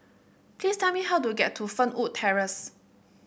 please tell me how to get to Fernwood Terrace